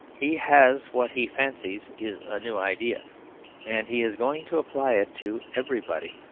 he has what he fancies is a new idea and he is going to apply it to everybody.